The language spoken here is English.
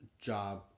job